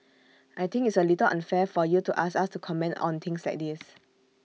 I think it's A little unfair for you to ask us to comment on things like this